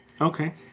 Okay